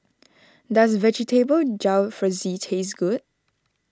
does Vegetable Jalfrezi taste good